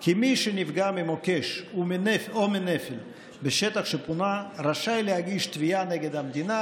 כי מי שנפגע ממוקש או מנפל בשטח שפונה רשאי להגיש תביעה נגד המדינה,